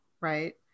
Right